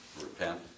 repent